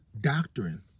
doctrine